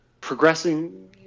progressing